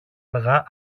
αργά